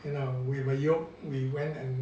you know with a rope we went and